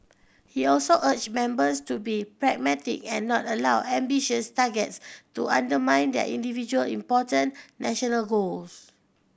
he also urged members to be pragmatic and not allow ambitious targets to undermine their individual important national goals